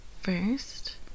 first